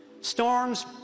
storms